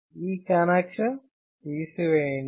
ఈ కనెక్షన్ తీసివేయండి